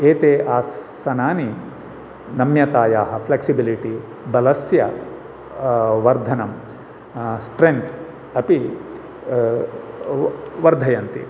एते आसनानि नम्यतायाः फ़्लेक्सिबिलिटि बलस्य वर्धनं स्ट्रेन्थ् अपि वर्धयन्ति